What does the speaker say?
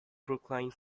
brookline